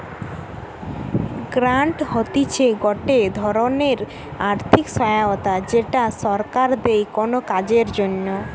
grant হতিছে গটে ধরণের আর্থিক সহায়তা যেটা সরকার দেয় কোনো কাজের জন্যে